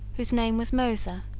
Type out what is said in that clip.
whose name was mosa,